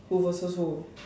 who versus who